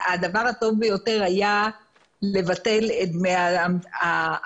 הדבר הטוב ביותר היה לבטל את דמי ההטמנה,